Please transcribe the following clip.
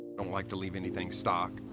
don't like to leave anything stock.